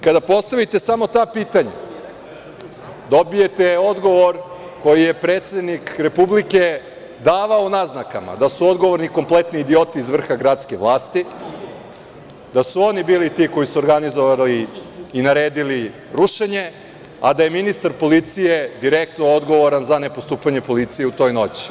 Kada postavite samo ta pitanja dobijete odgovor koji je predsednik Republike davao u naznakama, da su odgovorni kompletni idioti iz vrha gradske vlasti, da su oni bili ti koji su organizovali i naredili rušenje, a da je ministar policije direktno odgovoran za nepostupanje policije u toj noći.